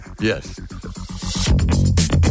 Yes